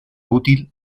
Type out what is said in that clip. útil